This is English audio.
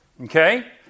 Okay